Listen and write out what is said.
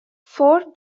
four